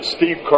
Steve